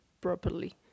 properly